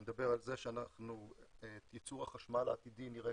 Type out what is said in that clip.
הוא מדבר על כך שייצור החשמל העתידי נראה